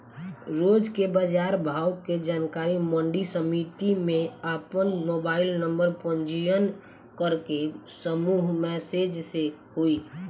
रोज के बाजार भाव के जानकारी मंडी समिति में आपन मोबाइल नंबर पंजीयन करके समूह मैसेज से होई?